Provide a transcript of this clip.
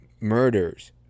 murders